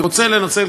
אני רוצה לנצל,